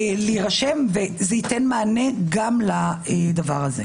להירשם וזה יינתן מענה גם לזה.